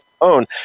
own